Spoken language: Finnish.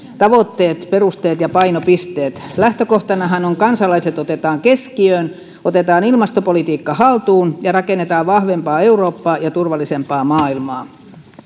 tavoitteet perusteet ja painopisteet lähtökohtanahan on että kansalaiset otetaan keskiöön otetaan ilmastopolitiikka haltuun ja rakennetaan vahvempaa eurooppaa ja turvallisempaa maailmaa